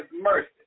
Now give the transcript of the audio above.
mercy